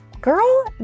Girl